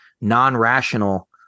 non-rational